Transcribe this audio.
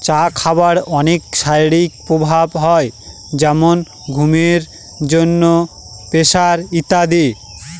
চা খাবার অনেক শারীরিক প্রভাব হয় যেমন ঘুমের জন্য, প্রেসার ইত্যাদি